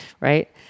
right